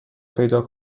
پیدا